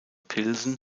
pilsen